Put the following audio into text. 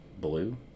Blue